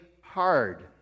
hard